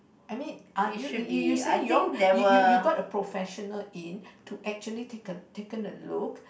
I mean are you you you all you you you got a professional in to actually take a taken a look